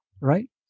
right